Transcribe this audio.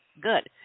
good